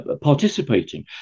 participating